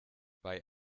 bei